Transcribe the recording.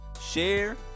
share